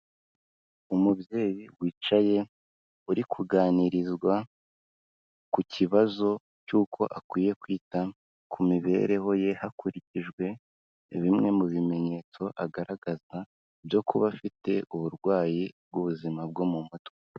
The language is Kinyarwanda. Umubyeyi wicaye uri kuganirizwa ku kibazo cy'uko akwiye kwita ku mibereho ye, hakurikijwe bimwe mu bimenyetso agaragaza byo kuba afite uburwayi bw'ubuzima bwo mu mutwe.